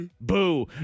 Boo